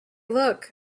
look